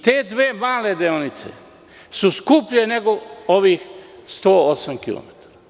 Te dve male deonice su skuplje nego ovih 108 km.